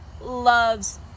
loves